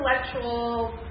intellectual